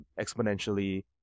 exponentially